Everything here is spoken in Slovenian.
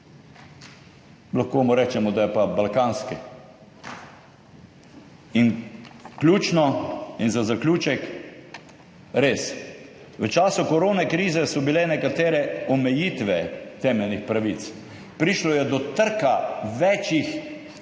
Lahko mu rečemo, da je pa balkanski. Ključno in za zaključek. Res, v času koronakrize so bile nekatere omejitve temeljnih pravic, prišlo je do trka več temeljnih